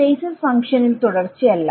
basis ഫങ്ക്ഷനിൽ തുടർച്ചയല്ല